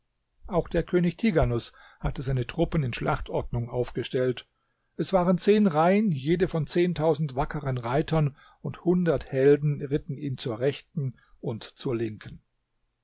auch der könig tighanus hatte seine truppen in schlachtordnung aufgestellt es waren zehn reihen jede von zehntausend wackeren reitern und hundert helden ritten ihm zur rechten und zur linken